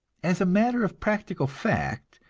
as a matter of practical fact,